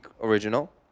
original